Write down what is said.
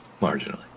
Marginally